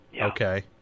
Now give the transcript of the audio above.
Okay